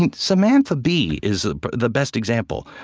and samantha bee is the best example.